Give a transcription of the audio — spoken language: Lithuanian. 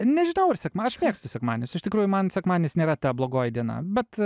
nežinau ar sekma aišku mėgstu sekmadienius iš tikrųjų man sekmadienis nėra ta blogoji diena bet